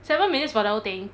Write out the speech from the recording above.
seven minutes for the whole thing